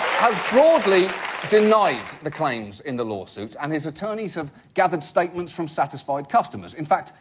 has broadly denied the claims in the lawsuits, and his attorneys have gathered statements from satisfied customers. in fact,